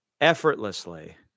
Effortlessly